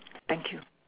thank you